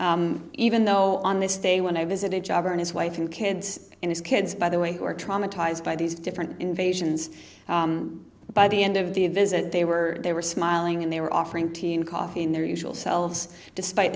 even though on this day when i visited jobber and his wife and kids and his kids by the way who are traumatized by these different invasions by the end of the visit they were they were smiling and they were offering tea and coffee in their usual selves despite